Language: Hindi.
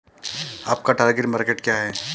आपका टार्गेट मार्केट क्या है?